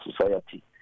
society